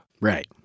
right